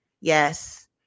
Yes